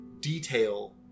detail